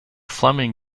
fleming